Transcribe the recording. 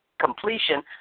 completion